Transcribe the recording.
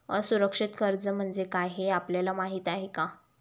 असुरक्षित कर्ज म्हणजे काय हे आपल्याला माहिती आहे का?